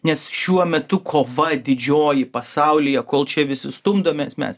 nes šiuo metu kova didžioji pasaulyje kol čia visi stumdomės mes